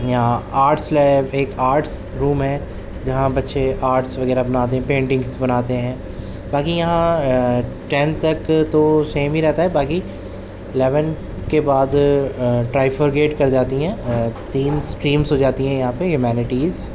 یہاں arts lab ایک arts room ہے جہاں بچے آرٹس وغیرہ بناتے ہیں ینٹنگس بناتے ہیں باقی یہاں ٹین تک تو سیم ہی رہتا ہے باقی الیونتھ کے بعد ٹائفرگیٹ کر جاتی ہیں تین سٹریم ہو جاتی ہیں ہیومنیٹیز